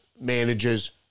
manages